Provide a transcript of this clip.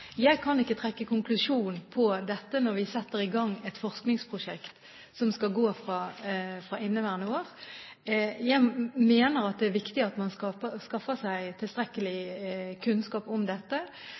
konklusjon her, men vi setter i gang et forskningsprosjekt på dette fra inneværende år av. Jeg mener det er viktig at man skaffer seg tilstrekkelig